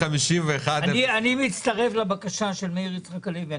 אני מצטרף לבקשה של מאיר יצחק הלוי.